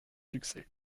succès